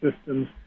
systems